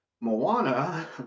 Moana